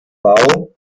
bau